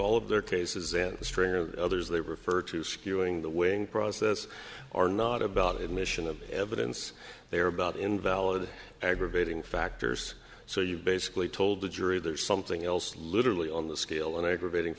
all of their cases in the string of others they refer to skewing the wing process are not about admission of evidence they are about invalid aggravating factors so you've basically told the jury there's something else literally on the scale an aggravating